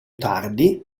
tardi